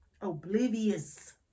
Oblivious